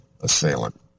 assailant